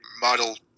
model